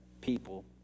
people